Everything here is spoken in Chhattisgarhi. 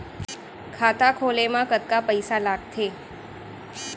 खाता खोले मा कतका पइसा लागथे?